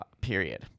period